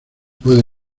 puede